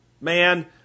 man